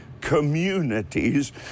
communities